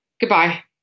goodbye